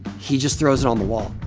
he just throws it on the wall.